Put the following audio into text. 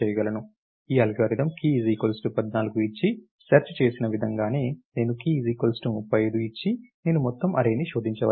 ఈ algorithm key 14 ఇచ్చి search చేసిన విదంగా నే నేను కీ 35 ఇచ్చి నేను మొత్తం అర్రేని శోధించవలసి ఉంటుంది